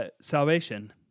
salvation